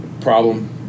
problem